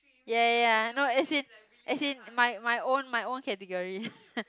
ya ya ya no as in as in my my own my own category